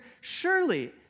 Surely